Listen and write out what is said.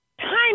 time